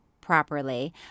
properly